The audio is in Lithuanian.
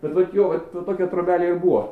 bet vat jo vat va tokia trobelė ir buvo